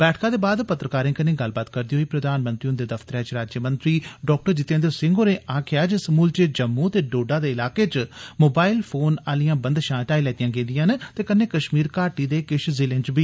बैठका दे बाद पत्रकारें कन्नै गल्लबात करदे होई प्रधानमंत्री हुंदे दफ्तरै च राज्यमंत्री डॉ जितेन्द्र सिंह होरें आक्खेआ जे समूलचे जम्मू दे डोडा दे इलाके च मोबाइल फोन आलियां पाबंदियां हटाई लैतियां गेदियां न ते कन्नै कश्मीर घाटी दे किश जिलें च बी